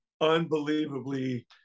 unbelievably